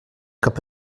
cap